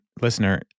listener